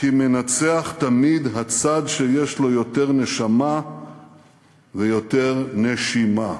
כי מנצח תמיד הצד שיש לו יותר נשמה ויותר נשימה.